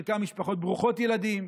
חלקם משפחות ברוכות ילדים.